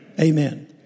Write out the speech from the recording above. Amen